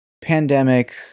pandemic